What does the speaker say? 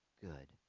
good